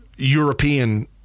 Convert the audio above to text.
European